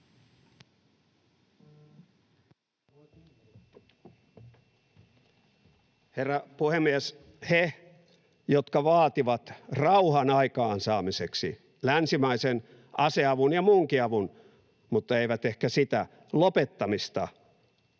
Herra puhemies! He, jotka vaativat rauhan aikaansaamiseksi länsimaisen aseavun ja muunkin avun — mutta eivät ehkä sitä — lopettamista